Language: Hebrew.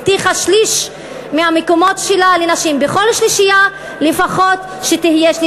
היא הבטיחה שליש מהמקומות שלה לנשים: בכל שלישייה לפחות שתהיה שליש.